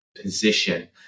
position